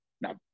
Now